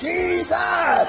Jesus